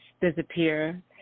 disappear